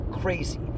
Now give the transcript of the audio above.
crazy